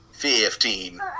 Fifteen